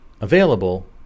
available